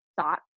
thought